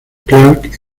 clark